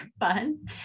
fun